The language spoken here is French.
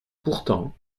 pourtant